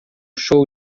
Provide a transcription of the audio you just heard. show